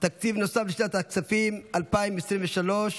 קליטת חיילים משוחררים (תיקון מס' 25)